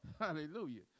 hallelujah